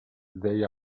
they